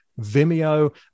Vimeo